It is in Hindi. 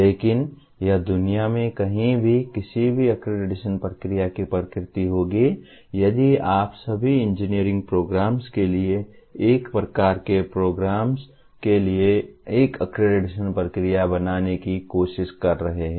लेकिन यह दुनिया में कहीं भी किसी भी अक्रेडिटेशन प्रक्रिया की प्रकृति होगी यदि आप सभी इंजीनियरिंग प्रोग्राम्स के लिए एक प्रकार के प्रोग्राम्स के लिए एक अक्रेडिटेशन प्रक्रिया बनाने की कोशिश कर रहे हैं